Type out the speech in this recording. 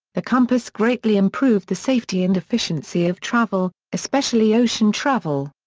the compass greatly improved the safety and efficiency of travel, especially ocean travel.